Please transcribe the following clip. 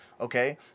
Okay